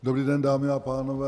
Dobrý den, dámy a pánové.